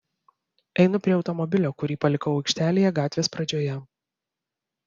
einu prie automobilio kurį palikau aikštelėje gatvės pradžioje